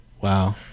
wow